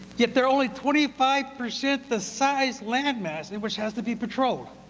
yet they're only twenty five percent the size land mass which has to be patrolled.